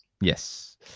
yes